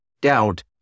doubt